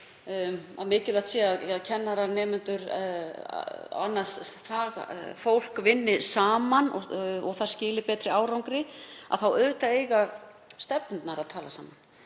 að mikilvægt sé að kennarar, nemendur og annað fagfólk vinni saman, að það skili betri árangri, og auðvitað eiga stefnurnar að tala saman.